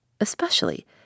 especially